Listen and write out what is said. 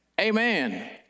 Amen